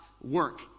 work